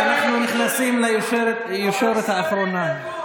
טוב, אנחנו נכנסים לישורת האחרונה.